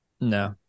No